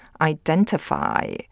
identify